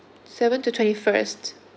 seven to twenty first